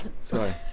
Sorry